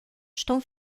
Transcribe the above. estão